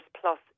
Plus